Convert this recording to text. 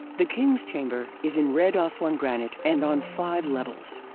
the king's chamber is in red ah aswan granite and on five levels.